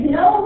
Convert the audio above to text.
no